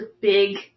big